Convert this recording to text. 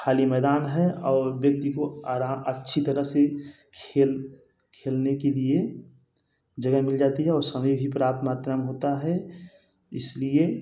ख़ाली मैदान हैं और व्यक्ति को आराम अच्छी तरह से खेल खेलने के लिए जगह मिल जाती है और समय भी पर्याप्त मात्रा मे होता हैं इस लिए